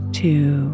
two